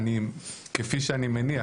כפי שאני מניח,